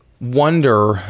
wonder